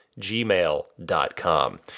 gmail.com